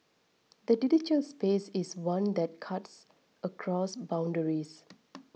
the digital space is one that cuts across boundaries